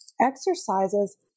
exercises